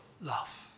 love